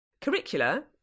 Curricula